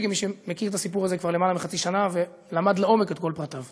כמי שמכיר את הסיפור הזה כבר יותר מחצי שנה ולמד לעומק את כל פרטיו.